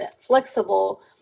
flexible